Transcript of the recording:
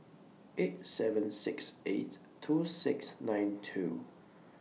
eight seven six eight two six nine two